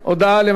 בבקשה.